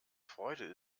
freude